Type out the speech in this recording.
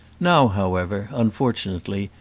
now, however, unfortunately,